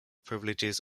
privileges